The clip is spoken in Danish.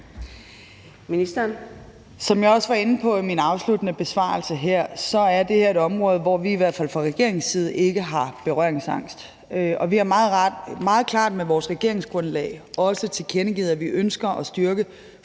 Som jeg også var inde på i min afsluttende besvarelse her, er det her et område, hvor vi i hvert fald fra regeringens side ikke har berøringsangst. Vi har i vores regeringsgrundlag også meget klart tilkendegivet, at vi ønsker at styrke